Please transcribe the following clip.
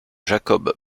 jacob